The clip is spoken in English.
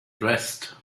dressed